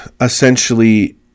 essentially